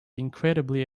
incredibly